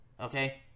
okay